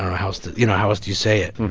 how so you know how else do you say it?